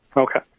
Okay